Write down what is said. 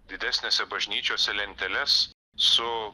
didesnėse bažnyčiose lenteles su